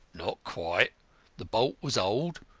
not quite the bolt was old,